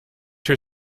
her